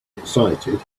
excited